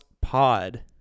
Pod